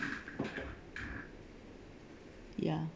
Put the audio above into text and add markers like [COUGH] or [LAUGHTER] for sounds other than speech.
[NOISE] ya